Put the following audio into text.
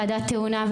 ועדה טעונה,